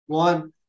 one